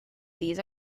these